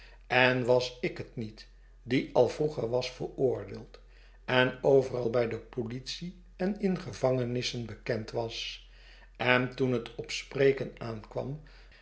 en was ik het niet die al vroeger was veroordeeld en overal bij de politie en in gevangenissen bekend was en toen het op spreken aankwam